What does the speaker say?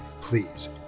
please